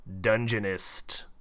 dungeonist